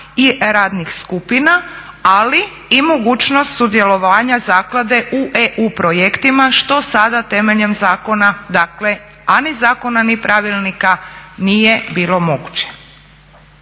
i radnih skupina, ali i mogućnost sudjelovanja zaklade u EU projektima što sada temeljem zakona, a ni zakona ni pravilnika nije bilo moguće.